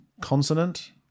Consonant